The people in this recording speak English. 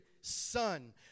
Son